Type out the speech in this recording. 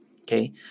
Okay